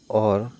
और